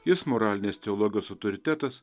jis moralinės teologijos autoritetas